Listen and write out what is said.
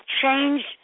changed